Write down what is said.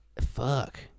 Fuck